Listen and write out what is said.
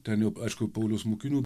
ten jau aišku pauliaus mokinių